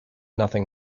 nothing